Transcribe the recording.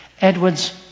Edwards